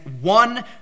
one